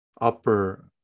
upper